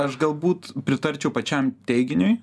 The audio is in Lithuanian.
aš galbūt pritarčiau pačiam teiginiui